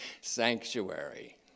sanctuary